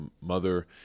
mother